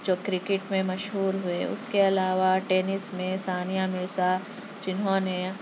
جو کرکٹ میں مشہور ہوئے اُس کے علاوہ ٹینس میں ثانیہ مرزا جنہوں نے